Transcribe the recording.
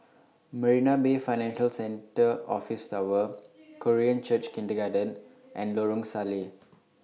Marina Bay Financial Centre Office Tower Korean Church Kindergarten and Lorong Salleh